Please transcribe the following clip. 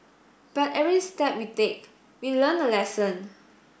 but every step we take we learn a lesson